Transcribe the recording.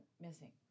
missing